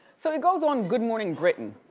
so he goes on good morning britain,